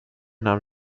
nahm